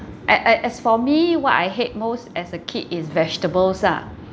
as as as for me what I hate most as a kid is vegetables ah